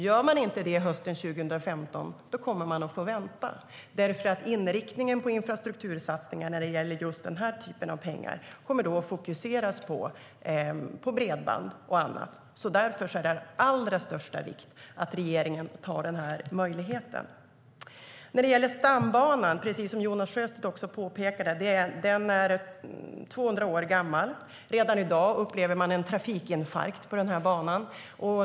Gör man inte det hösten 2015 kommer man att få vänta, för inriktningen på infrastruktursatsningar när det gäller just den här typen av pengar kommer då att fokuseras på bredband och annat. Därför är det av allra största vikt att regeringen tar vara på den möjligheten. Stambanan är, precis som Jonas Sjöstedt påpekade, 200 år gammal. Redan i dag upplever man en trafikinfarkt på banan.